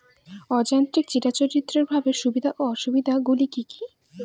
অযান্ত্রিক চিরাচরিতভাবে সুবিধা ও অসুবিধা গুলি কি কি?